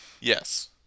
Yes